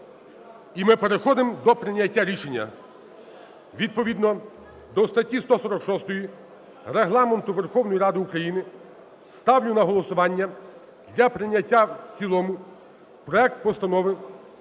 І ми переходимо до прийняття рішення. Відповідно до статті 146 Регламенту Верховної Ради України ставлю на голосування для прийняття в цілому проект Постанови